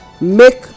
make